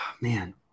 Man